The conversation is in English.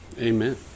Amen